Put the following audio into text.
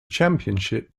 championship